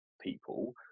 people